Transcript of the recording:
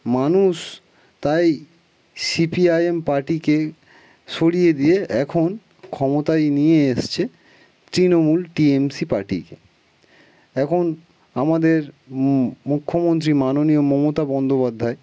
মানুষ তাই সিপিআইএম পার্টিকে সরিয়ে দিয়ে এখন ক্ষমতায় নিয়ে এসেছে তৃণমূল টিএমসি পার্টিকে এখন আমাদের মুখ্যমন্ত্রী মাননীয় মমতা বন্দ্যোপাধ্যায়